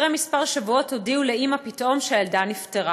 אחרי מספר שבועות הודיעו לאימא פתאום שהילדה נפטרה.